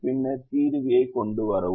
பின்னர் தீர்வியை கொண்டுவரவும்